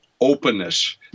openness